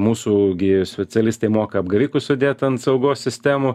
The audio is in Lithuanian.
mūsų gi specialistai moka apgavikus sudėt ant saugos sistemų